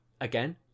again